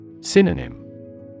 Synonym